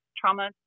trauma